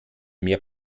mehr